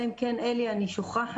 ואחרי זה אני גם אשאל שאלת המשך.